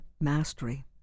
mastery